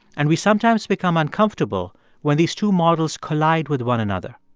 and we sometimes become uncomfortable when these two models collide with one another.